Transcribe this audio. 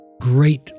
great